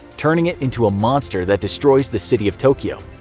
turning it into a monster that destroys the city of tokyo.